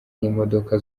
n’imodoka